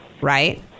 right